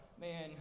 man